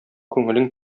күңелең